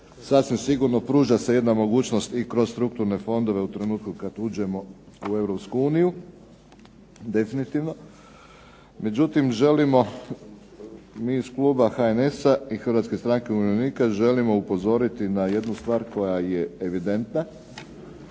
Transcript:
Sasvim sigurno pruža se jedna mogućnost i kroz strukturne fondove u trenutku kad uđemo u Europsku uniju definitivno. Međutim, želimo mi iz kluba HNS-a i Hrvatske stranke umirovljenika želimo upozoriti na jednu stvar koja je evidentna,